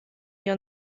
wir